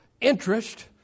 interest